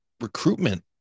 recruitment